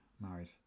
married